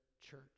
church